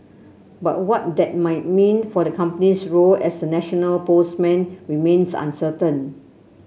but what that might mean for the company's role as a national postman remains uncertain